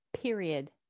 Period